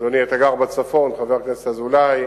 אדוני חבר הכנסת אזולאי,